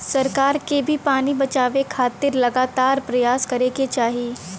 सरकार के भी पानी बचावे खातिर लगातार परयास करे के चाही